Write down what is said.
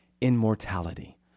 immortality